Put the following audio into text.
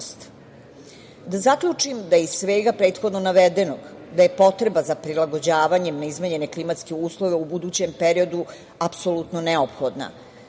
zaključim da iz svega prethodno navedenog, da je potreba za prilagođavanjem, neizmenjene klimatske uslove u budućem periodu apsolutno neophodna.